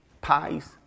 Pies